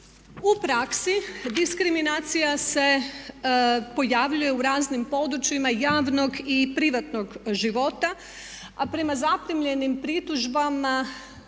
U praksi diskriminacija se pojavljuje u raznim područjima javnog i privatnog života, a prema zaprimljenim pritužbama